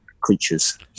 creatures